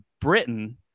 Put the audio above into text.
Britain